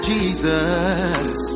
Jesus